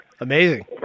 amazing